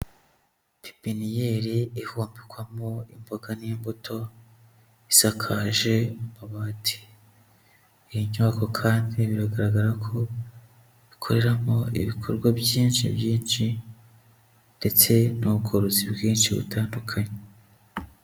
Pipiniyeri ihumbikwamo imboga n'imbuto, isakaje amabati, iyi nyubako kandi biragaragara ko ikoreramo ibikorwa byinshi byinshi ndetse n'ubworozi bwinshi butandukanye.